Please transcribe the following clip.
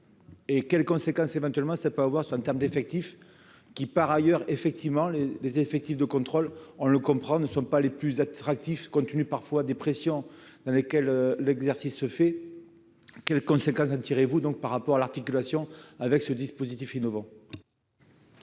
Et quelles conséquences éventuellement, ça peut avoir ça en terme d'effectifs qui par ailleurs effectivement les les effectifs de contrôle, on le comprend, ne sont pas les plus attractifs continue parfois des pressions dans lesquels l'exercice se fait, quelles conséquences en tirez-vous donc par rapport à l'articulation avec ce dispositif innovant.